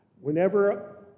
Whenever